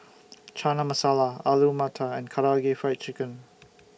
Chana Masala Alu Matar and Karaage Fried Chicken